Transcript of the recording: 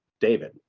David